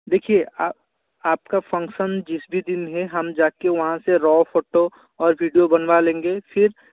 देखिए आप आप का फन्क्सन जिस भी दिन है हम जा कर वहाँ से रॉ फ़ोटो और विडियो बनवा लेंगे फिर